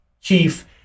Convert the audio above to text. chief